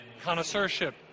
connoisseurship